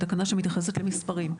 תקנה שמתייחסת למספרים.